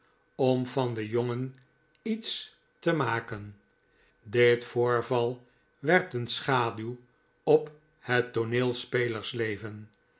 om van den jongen iets te maken dit voorval werpt een schaduw op het